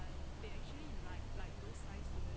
like those like